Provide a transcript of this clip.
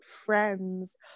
friends